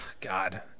god